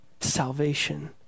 Salvation